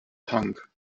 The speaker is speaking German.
tank